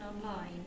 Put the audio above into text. online